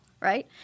right